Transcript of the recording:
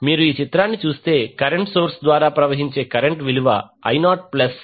మీరు ఈ చిత్రాన్ని చూస్తే కరెంట్ సోర్స్ ద్వారా ప్రవహించే కరెంట్ విలువ I0ప్లస్ 0